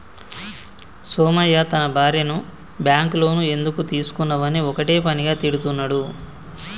సోమయ్య తన భార్యను bank loan ఎందుకు తీసుకున్నవని ఒక్కటే పనిగా తిడుతున్నడు